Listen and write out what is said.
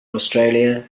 australia